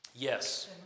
Yes